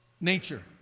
Nature